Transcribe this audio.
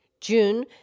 June